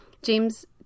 James